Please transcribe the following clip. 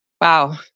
Wow